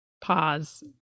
pause